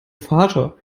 vater